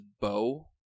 bow